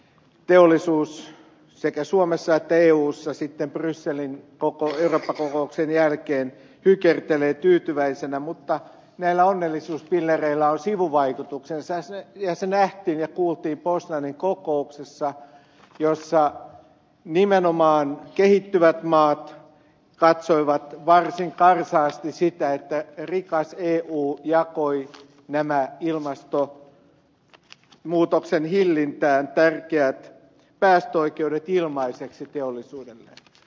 teollisuus sekä suomessa että eussa sitten brysselin koposelta kokouksen jälkeen hykertelee tyytyväisenä mutta näillä onnellisuuspillereillä on sivuvaikutuksensaissa jossa nähtiin kuultiin panssarikokouksissa joissa nimenomaan kehittyvät maat katsoivat varsin karsaasti sitä että edi kashin u jakoi nämä ilmasto muutoksen hillintään täyttyvät päästöoikeudet ilmaiseksi teollisuudelle